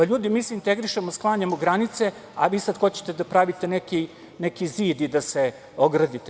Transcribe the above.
Ljudi, mi se integrišemo, sklanjamo granice, a vi sada hoćete da pravite neki zid i da se ogradite.